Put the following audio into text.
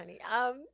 honey